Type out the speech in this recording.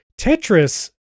Tetris